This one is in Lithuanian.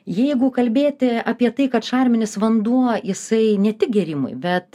jeigu kalbėti apie tai kad šarminis vanduo jisai ne tik gėrimui bet